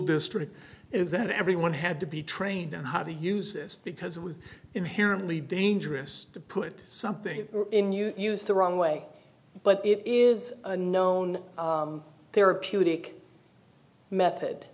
district is that everyone had to be trained on how to use this because it was inherently dangerous to put something in you used the wrong way but it is a known therapeutic method